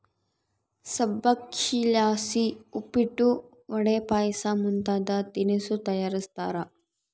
ಸಬ್ಬಕ್ಶಿಲಾಸಿ ಉಪ್ಪಿಟ್ಟು, ವಡೆ, ಪಾಯಸ ಮುಂತಾದ ತಿನಿಸು ತಯಾರಿಸ್ತಾರ